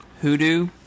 Hoodoo